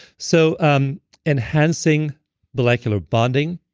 so um enhancing molecular bonding